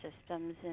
systems